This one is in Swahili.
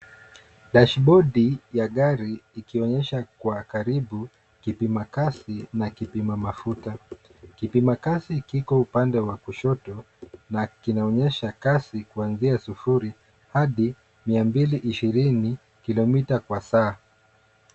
Dashibodi ya gari ikionyesha kwa karibu kipima kasi na kipima mafuta. Kipima kasi kiko upande wa kushoto na kinaonyesha kasi kuanzia sufuri hadi mia mbili ishirini kilomita kwa saa.